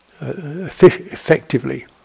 effectively